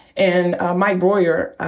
and mike broihier,